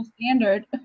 standard